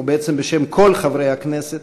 ובעצם בשם כל חברי הכנסת,